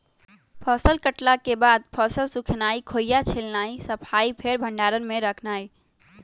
फसल कटला के बाद फसल सुखेनाई, खोइया छिलनाइ, सफाइ, फेर भण्डार में रखनाइ